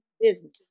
business